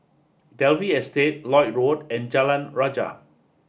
Dalvey Estate Lloyd Road and Jalan Rajah